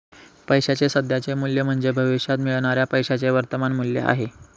पैशाचे सध्याचे मूल्य म्हणजे भविष्यात मिळणाऱ्या पैशाचे वर्तमान मूल्य आहे